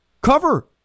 Cover